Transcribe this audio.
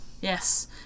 Yes